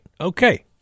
Okay